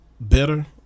Better